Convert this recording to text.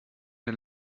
den